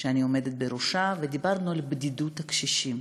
שאני עומדת בראשה, ודיברנו על בדידות הקשישים.